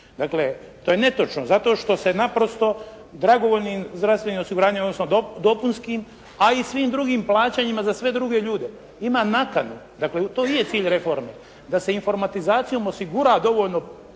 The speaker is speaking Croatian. dakle to je netočno zato što se naprosto dragovoljnim zdravstvenim osiguranjem odnosno dopunskim a i svim drugim plaćanjima za sve druge ljude ima nakanu, dakle to i je cilj reforme da se informatizacijom osigura dovoljno